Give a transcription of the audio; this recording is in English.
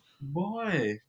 boy